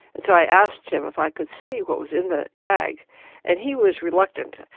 and so i asked him if i could see what was in the bag and he was reluctant.